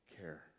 care